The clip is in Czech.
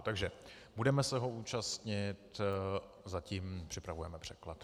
Takže budeme se ho účastnit, zatím připravujeme překlad.